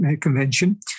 Convention